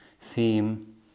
theme